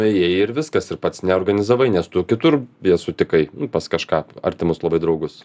ėjai ir viskas ir pats neorganizavai nes tu kitur jas sutikai pas kažką artimus labai draugus